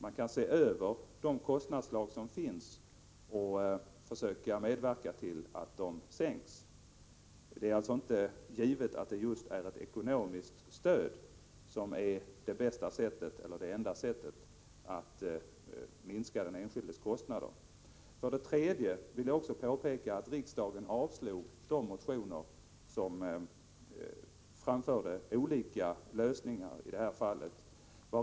Man kan se över de kostnadsposter som finns och försöka medverka till att kostnaderna sänks. Det är alltså inte givet att ett ekonomiskt stöd är det enda sättet att minska den enskildes kostnader. För det tredje vill jag påpeka att riksdagen avslog motionerna med förslag till olika lösningar i det här fallet.